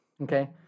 Okay